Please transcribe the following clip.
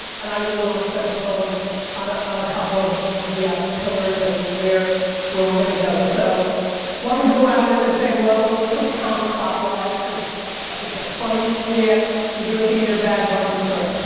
and i really want to set the tone on ah on a couple of the ah pillars and where where were going to go so why don't we go around and say hello. let's go counterclockwise cause i think that's funny. juliet cause you're looking in your bag why don't you start.